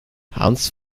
hans